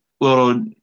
little